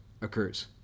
occurs